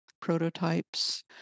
prototypes